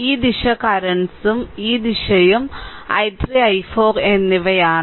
ഈ ദിശ കറന്റ്സും ഈ ദിശയും i3 i4 എന്നിവയാണ്